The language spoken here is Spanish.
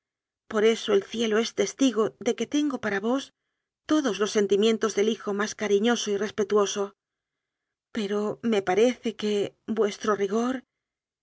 por eso el cielo es testigo de que tengo para vos todos los sentimientos del hijo más cariñoso y respetuoso pero me parece que vuestro